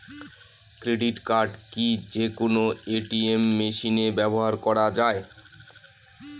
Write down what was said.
Credit card কি যে কোনো এ.টি.এম মেশিনে ব্যবহার করা য়ায়?